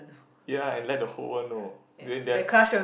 ya and let the whole world know then there's